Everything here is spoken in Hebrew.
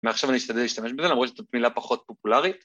‫מעכשיו אני אשתדל להשתמש בזה, ‫למרות שזאת מילה פחות פופולרית.